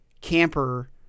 camper